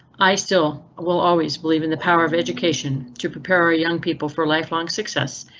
i still will always believe in the power of education to prepare our young people for life long success.